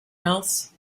else